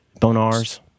bonars